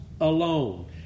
alone